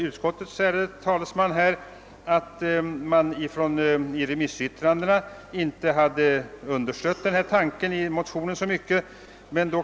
Utskottets ärade talesman nämnde att man i remissyttrandena inte understött den tanke som kommer till uttryck i motionen.